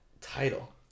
title